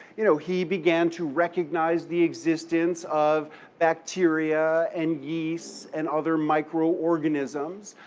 you know, he began to recognize the existence of bacteria and yeasts and other microorganisms,